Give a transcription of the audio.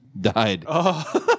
Died